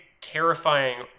terrifying